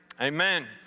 Amen